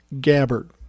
Gabbard